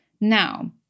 Now